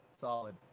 solid